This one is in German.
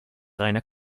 reiner